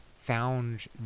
found